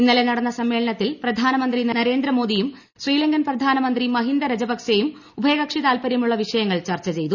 ഇന്നലെ നടന്ന സമ്മേളനത്തിൽ പ്രധാനമന്ത്രി നരേന്ദ്ര മോദിയും ശ്രീലങ്കൻ പ്രധാനമന്ത്രി മഹിന്ദ രജപക്സെയും ഉഭയകക്ഷി താല്പരൃമുള്ള വിഷയങ്ങൾ ചർച്ച ചെയ്തു